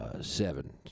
seven